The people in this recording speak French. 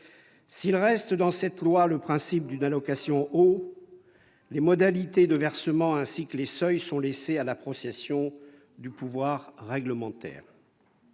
S'il reste dans cette loi le principe d'une allocation eau, les modalités de versement et les seuils sont laissés à l'appréciation du pouvoir réglementaire.